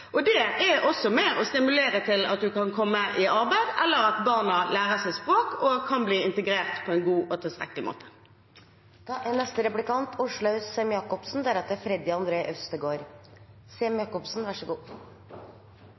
med på å stimulere til at man kan komme i arbeid, eller til at barna lærer seg språk og kan bli integrert på en god og tilstrekkelig måte. Jeg er